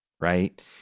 right